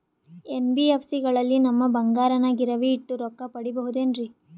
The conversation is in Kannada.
ಎನ್.ಬಿ.ಎಫ್.ಸಿ ಗಳಲ್ಲಿ ನಮ್ಮ ಬಂಗಾರನ ಗಿರಿವಿ ಇಟ್ಟು ರೊಕ್ಕ ಪಡೆಯಬಹುದೇನ್ರಿ?